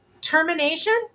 Termination